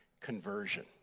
conversion